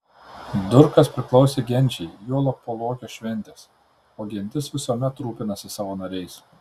durkas priklausė genčiai juolab po lokio šventės o gentis visuomet rūpinasi savo nariais